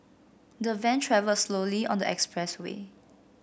the van travelled slowly on the expressway